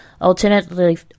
Alternatively